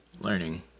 learning